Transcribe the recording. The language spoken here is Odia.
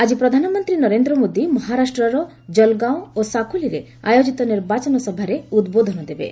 ଆକି ପ୍ରଧାନମନ୍ତ୍ରୀ ନରେନ୍ଦ୍ର ମୋଦି ମହାରାଷ୍ଟ୍ରର୍ କଲ୍ଗାଓଁ ଓ ସକୁଲିରେ ଆୟୋଜିତ ନିର୍ବାଚନ ସଭାରେ ଉଦ୍ବୋଧନ ଦେବେ